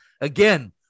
again